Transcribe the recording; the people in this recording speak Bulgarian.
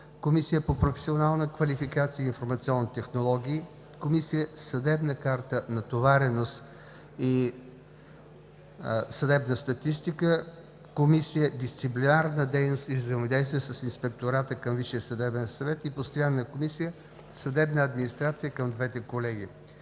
Комисия по професионална квалификация и информационни технологии, Комисия „Съдебна карта, натовареност и съдебна статистика“, Комисия „Дисциплинарна дейност и взаимодействие с Инспектората към Висшия съдебен съвет“ и Постоянна комисия „Съдебна администрация“ към двете колегии.